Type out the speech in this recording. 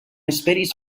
esperis